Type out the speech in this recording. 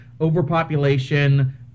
overpopulation